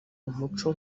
umuco